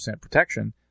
protection